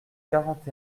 quarante